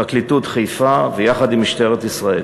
פרקליטות חיפה ויחד עם משטרת ישראל.